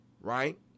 right